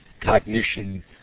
cognition